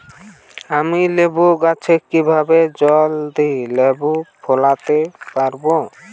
আমি লেবু গাছে কিভাবে জলদি লেবু ফলাতে পরাবো?